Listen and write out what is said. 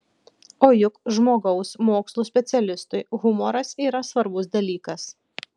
o juk žmogaus mokslų specialistui humoras yra svarbus dalykas